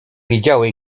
wiedziały